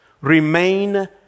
remain